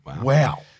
Wow